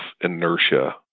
inertia